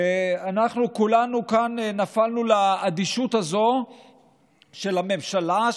ואנחנו כולנו כאן נפלנו לאדישות הזו של הממשלה,